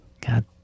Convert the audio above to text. God